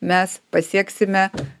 mes pasieksime